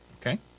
Okay